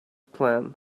plan